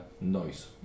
noise